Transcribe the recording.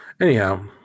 Anyhow